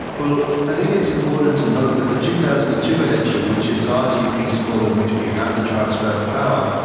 well, i think it's important to note that the two thousand and ah two election, which is largely peaceful and which we have the transfer of power,